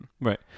Right